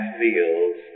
feels